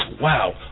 wow